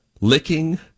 licking